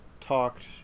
talked